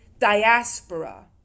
diaspora